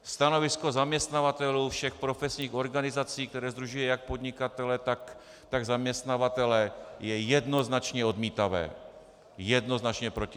Stanovisko zaměstnavatelů všech profesních organizací, které sdružují jak podnikatele, tak zaměstnavatele, je jednoznačně odmítavé, jednoznačně proti.